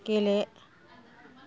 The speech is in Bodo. गेले